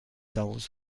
dolls